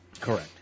Correct